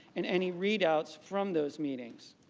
and any readouts from those meetings.